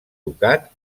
ducat